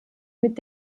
mit